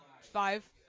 Five